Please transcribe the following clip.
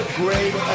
great